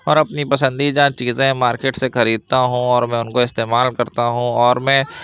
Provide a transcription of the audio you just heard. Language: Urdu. اور اپنی پسندیدہ چیزیں مارکیٹ سے خریدتا ہوں اور میں ان کو استعمال کرتا ہوں اور میں